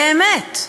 באמת,